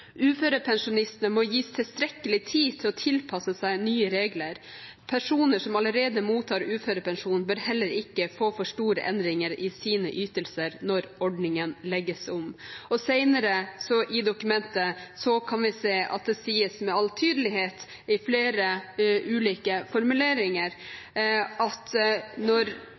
Uførepensjonistene må gis tilstrekkelig tid til å tilpasse seg nye regler. Personer som allerede mottar uførepensjon bør heller ikke få for store endringer i sine ytelser når ordningen legges om.» Og senere i dokumentet sies det med all tydelighet at det